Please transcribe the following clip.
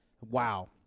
Wow